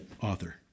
author